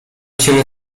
cię